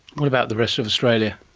what about the rest of australia?